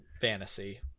fantasy